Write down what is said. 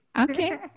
okay